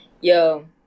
Yo